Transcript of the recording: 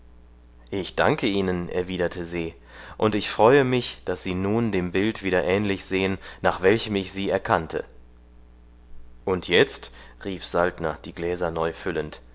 ich danke ihnen erwiderte se und ich freue mich daß sie nun dem bild wieder ähnlich sehen nach welchem ich sie erkannte und jetzt rief saltner die gläser neu